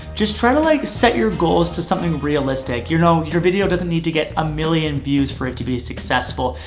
just try to like, set your goals to something realistic, you know, your video doesn't need to get a million views for it to be successful,